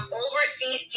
overseas